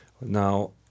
Now